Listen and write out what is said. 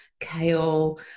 kale